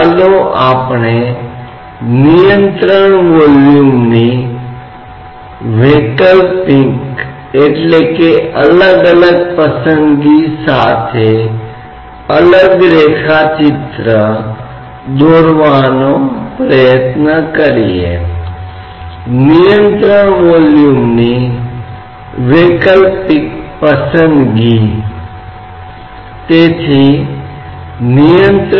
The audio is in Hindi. तो दूसरी अभिव्यक्ति और भी सरल है लेकिन यह हमें एक बहुत महत्वपूर्ण अंतर्दृष्टि देती है कि वह क्या है कि अगर आप किसी विशेष दिशा में निकाय बल नहीं रख रहे हैं और द्रव रुका हुआ है तो दबाव उस द्रव में उस दिशा के साथ नहीं बदलता है जिसका अर्थ है की एक क्षैतिज रेखा के साथ क्षैतिज के लिए आपके पास निरंतर द्रव प्रणाली में कोई दबाव भिन्नता नहीं है